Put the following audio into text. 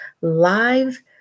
live